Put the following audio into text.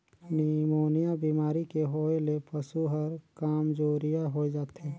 pneumonia बेमारी के होय ले पसु हर कामजोरिहा होय जाथे